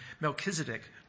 Melchizedek